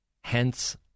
Hence